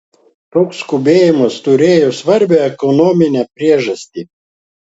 toks skubėjimas turėjo svarbią ekonominę priežastį